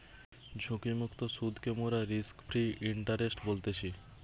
ঝুঁকিমুক্ত সুদকে মোরা রিস্ক ফ্রি ইন্টারেস্ট বলতেছি